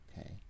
okay